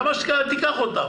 למה שאתה תיקח אותם?